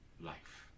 life